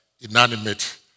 inanimate